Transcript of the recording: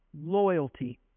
loyalty